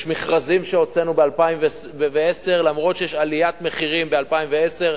יש מכרזים שהוצאנו ב-2010 למרות שיש עליית מחירים ב-2010,